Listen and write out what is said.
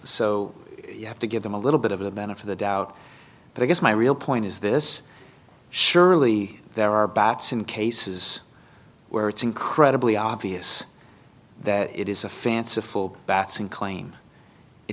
so you have to give them a little bit of a benefit of the doubt but i guess my real point is this surely there are bats in cases where it's incredibly obvious that it is a fanciful batson claim it